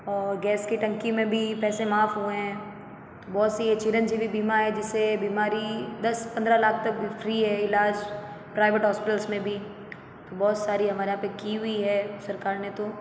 और गैस की टंकी में भी पैसे माफ़ हुए हैं बहुत सी चिरंजीवी बीमा है जिससे बीमारी दस पन्द्रह लाख तक भी फ्री है इलाज प्राइवेट हॉस्पिटल्स में भी बहुत सारी हमारे यहाँ पे की हुई है सरकार ने तो